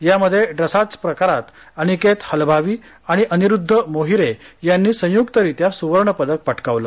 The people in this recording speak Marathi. यामध्ये ड्रसाज प्रकारात अनिकेत हलभावी आणि अनिरुद्ध मोहीरे यांनी संयुक्तरित्या सुवर्णपदक पटकावलं